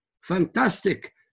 fantastic